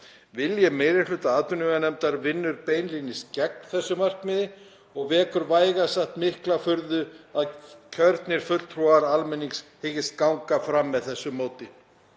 Vilji meiri hluta atvinnuveganefndar vinnur beinlínis gegn þessu markmiði og vekur vægast sagt mikla furðu að kjörnir fulltrúar almennings hyggist ganga fram með þessu móti.